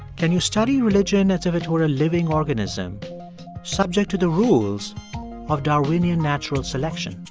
can you study religion as if it were a living organism subject to the rules of darwinian natural selection?